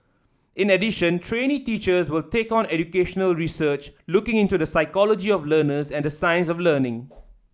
in addition trainee teachers will take on educational research looking into the psychology of learners and the science of learning